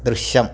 ദൃശ്യം